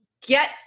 get